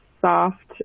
soft